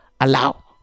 allow